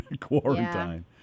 Quarantine